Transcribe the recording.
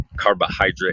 carbohydrate